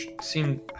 seem